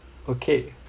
okay